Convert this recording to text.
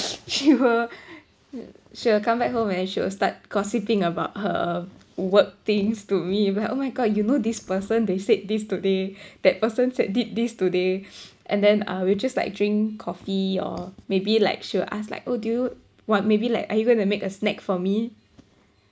she will she will come back home and she will start gossiping about her work things to me it’ll be like oh my god you know this person they said this today that person said did this today and then I will just like drink coffee or maybe like she will ask like oh do you what maybe like are you gonna to make a snack for me